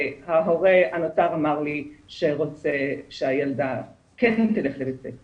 וההורה הנותר אמר לי שהוא רוצה שהילדה כן תלך לבית הספר.